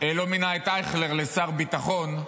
לא מינה את אייכלר לשר ביטחון,